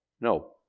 no